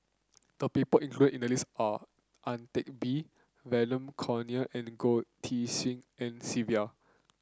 the people included in the list are Ang Teck Bee Vernon Corneliu and Goh Tshin En Sylvia